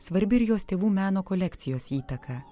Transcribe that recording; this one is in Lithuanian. svarbi ir jos tėvų meno kolekcijos įtaka